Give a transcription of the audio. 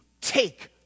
take